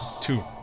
Two